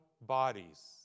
bodies